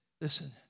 Listen